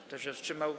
Kto się wstrzymał?